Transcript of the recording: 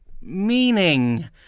meaning